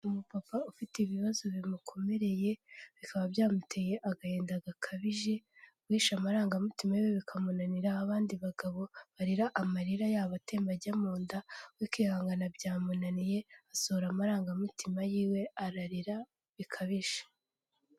Umupapa ufite ibibazo bimukomereye. Bikaba byamuteye agahinda gakabije, guhisha amarangamutima yiwe bikamunanira aho abandi bagabo, barira amarira yabo atemba ajya munda, we kwihangana byamunaniye, asohora amarangamutima yiwe ararira bikabije.